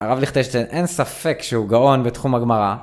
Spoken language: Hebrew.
הרב ליכטנשטיין, אין ספק שהוא גאון בתחום הגמרא